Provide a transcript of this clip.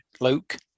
luke